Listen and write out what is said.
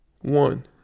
one